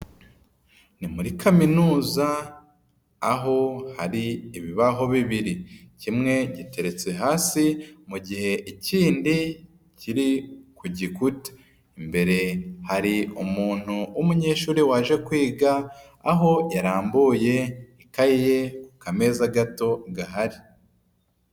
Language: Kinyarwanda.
Ni muri kaminuza aho hari ibibaho bibiri. Kimwe giteretse hasi mu gihe ikindi kiri ku gikuta. Imbere hari umuntu w'umunyeshuri waje kwiga, aho yarambuye ikayi ye ku kameza gato gahari.